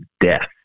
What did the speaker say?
death